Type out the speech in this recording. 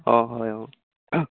অঁ হয় অঁ